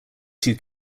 two